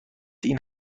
این